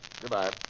Goodbye